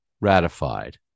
ratified